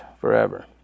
forever